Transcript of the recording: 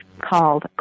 Called